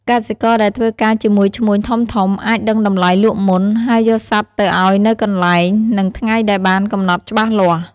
កសិករដែលធ្វើការជាមួយឈ្មួញធំៗ អាចដឹងតម្លៃលក់មុន ហើយយកសត្វទៅឲ្យនៅកន្លែង និងថ្ងៃដែលបានកំណត់ច្បាស់លាស់។